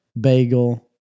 bagel